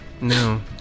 No